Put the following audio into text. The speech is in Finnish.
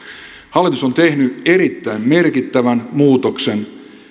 hallitus on tehnyt erittäin merkittävän muutoksen